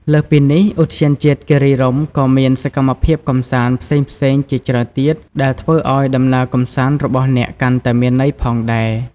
លើសពីនេះ ឧទ្យានជាតិគិរីរម្យក៏មានសកម្មភាពកម្សាន្តផ្សេងៗជាច្រើនទៀតដែលធ្វើឲ្យដំណើរកម្សាន្តរបស់អ្នកកាន់តែមានន័យផងដែរ។